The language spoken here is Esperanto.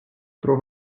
tro